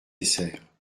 nécessaire